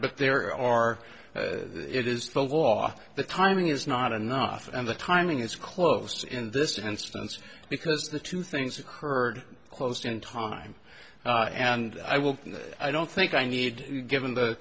but there are it is the law the timing is not enough and the timing is close in this instance because the two things occurred closed in time and i will i don't think i need given the